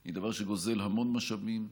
היא דבר שגוזל המון משאבים.